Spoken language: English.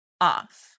off